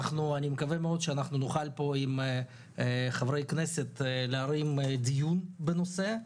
אני מקווה מאוד שנוכל פה עם חברי כנסת להרים דיון בנושא.